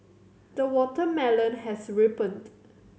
the watermelon has ripened